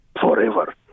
forever